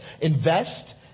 Invest